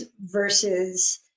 versus